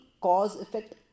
cause-effect